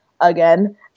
again